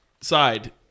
side